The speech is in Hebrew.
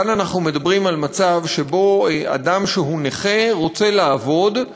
כאן אנחנו מדברים על מצב שבו אדם שהוא נכה רוצה לעבוד,